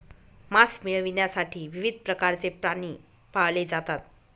मांस मिळविण्यासाठी विविध प्रकारचे प्राणी पाळले जातात